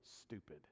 stupid